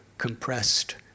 compressed